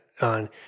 on